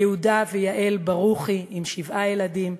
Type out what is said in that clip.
יהודה ויעל ברוכי עם שבעה ילדים,